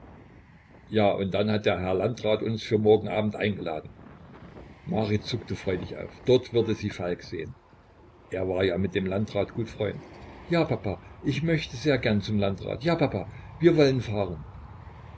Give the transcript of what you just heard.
ja und dann hat der herr landrat uns für morgen abend eingeladen marit zuckte freudig auf dort würde sie falk sehen er war ja mit dem landrat gut freund ja papa ja ich möchte sehr gerne zu landrats ja papa wir wollen fahren